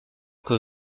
que